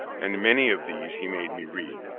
and many of these he made me read,